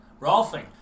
Rolfing